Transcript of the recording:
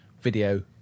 video